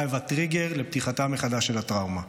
היווה טריגר לפתיחתה מחדש של הטראומה.